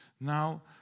now